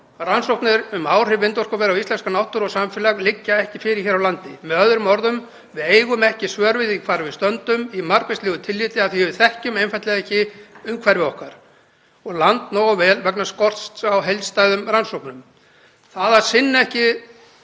Rannsóknir á áhrifum vindorkuvera á íslenska náttúru og samfélag liggja ekki fyrir hér á landi. Við eigum með öðrum orðum ekki svör við því hvar við stöndum í margvíslegu tilliti af því að við þekkjum einfaldlega ekki umhverfi okkar og land nógu vel vegna skorts á heildstæðum rannsóknum. Það að sinna ekki